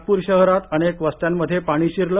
नागपूर शहरात अनेक वस्त्यांमध्ये पाणी शिरलं